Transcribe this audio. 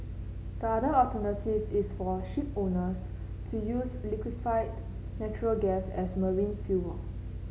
the other alternative is for shipowners to use liquefied natural gas as marine fuel